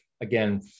again